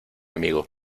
amigo